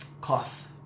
Cough